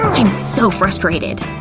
i'm so frustrated!